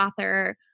author